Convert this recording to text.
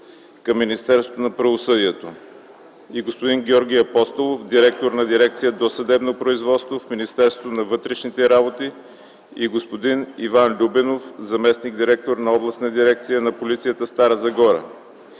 към Министерството на правосъдието, господин Георги Апостолов – директор на дирекция „Досъдебно производство” в Министерството на вътрешните работи, господин Иван Любенов – заместник-директор на Областната дирекция на полицията – Стара Загора,